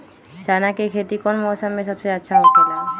चाना के खेती कौन मौसम में सबसे अच्छा होखेला?